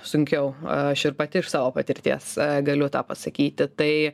sunkiau aš ir pati iš savo patirties galiu tą pasakyti tai